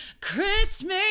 Christmas